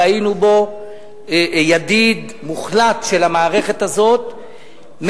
ראינו בו ידיד מוחלט של המערכת הזאת,